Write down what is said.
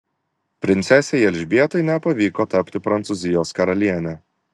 princesei elžbietai nepavyko tapti prancūzijos karaliene